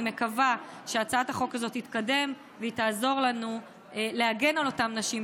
אני מקווה שהצעת החוק הזאת תתקדם ותעזור לנו להגן על אותן נשים.